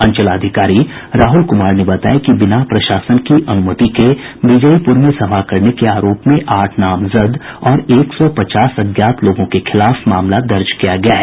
अंचलाधिकारी राहल कुमार ने बताया कि बिना प्रशासन की अनुमति के विजयीपुर में सभा करने के आरोप में आठ नामजद और एक सौ पचास अज्ञात लोगों के खिलाफ मामला दर्ज किया गया है